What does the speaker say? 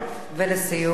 ולסיום.